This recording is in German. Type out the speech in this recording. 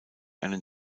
einen